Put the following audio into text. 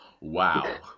Wow